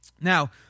Now